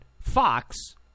Fox